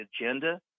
agenda